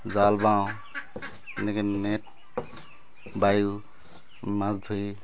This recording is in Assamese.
জাল বাওঁ এনেকৈ নেট বায়ো মাছ ধৰি